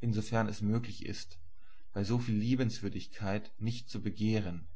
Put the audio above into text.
insofern es möglich ist bei so viel liebenswürdigkeit nicht zu begehren und